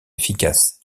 efficace